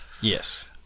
Yes